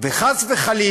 אם חס וחלילה